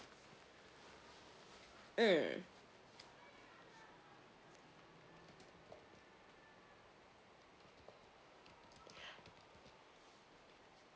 mm